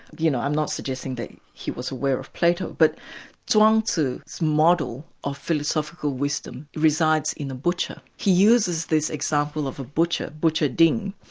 you know, i'm not suggesting that he was aware of plato, but chuang tze's model of philosophical wisdom resides in a butcher. he uses this example of a butcher, butcher ting,